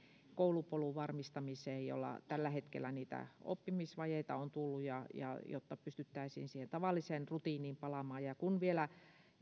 koulupolun varmistamiseen joilla tällä hetkellä niitä oppimisvajeita on tullut jotta pystyttäisiin siihen tavalliseen rutiiniin palaamaan kun vielä